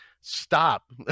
stop